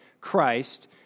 Christ